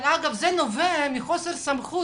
זה נובע מחוסר סמכות,